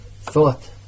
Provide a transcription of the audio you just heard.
thought